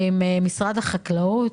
משרד החקלאות,